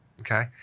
Okay